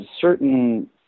certain